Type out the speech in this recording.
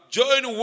join